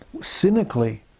cynically